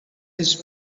his